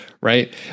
Right